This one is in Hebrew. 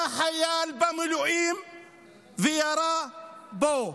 בא חייל במילואים וירה בו.